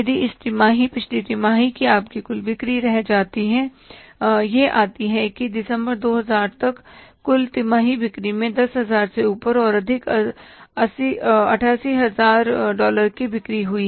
यदि इस तिमाही पिछली तिमाही की आपकी कुल बिक्री यह आती है कि दिसंबर 2004 तक कुल तिमाही बिक्री में 10000 से ऊपर और अधिक 88000 डॉलर की बिक्री हुई